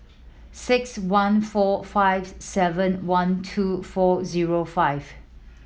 six one four five seven one two four zero five